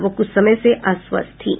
वह कुछ समय से अस्वस्थ थीं